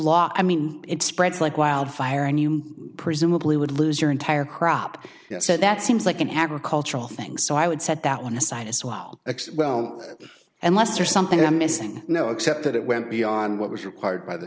lost i mean it spreads like wildfire and you presumably would lose your entire crop said that seems like an agricultural thing so i would set that one aside as well and lester something i'm missing now except that it went beyond what was required by the